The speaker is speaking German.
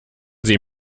sie